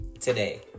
today